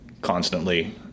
constantly